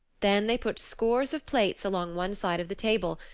then they put scores of plates along one side of the table,